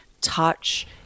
touch